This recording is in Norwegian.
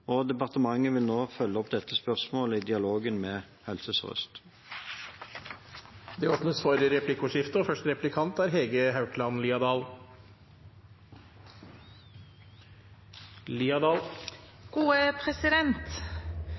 og departementet vil nå følge opp dette spørsmålet i dialogen med Helse Sør-Øst. Det blir replikkordskifte.